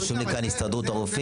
רשום לי כאן הסתדרות הרופאים.